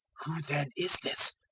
then is this?